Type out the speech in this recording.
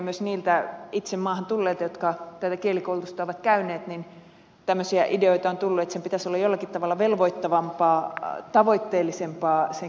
myös niiltä itse maahan tulleilta jotka tätä kielikoulutusta ovat saaneet on tullut tämmöisiä ideoita että sen kielikoulutuksen pitäisi olla jollakin tavalla velvoittavampaa tavoitteellisempaa